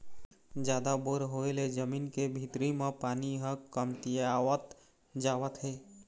जादा बोर होय ले जमीन के भीतरी म पानी ह कमतियावत जावत हे